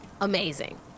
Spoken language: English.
Amazing